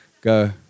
go